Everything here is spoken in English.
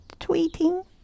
tweeting